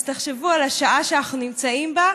אז תחשבו על השעה שאנחנו נמצאים בה,